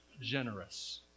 generous